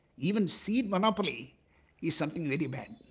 even seed monopoly is something very bad.